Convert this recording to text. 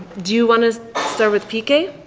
do you want to start with piqe?